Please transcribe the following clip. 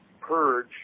purge